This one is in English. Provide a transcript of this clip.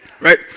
Right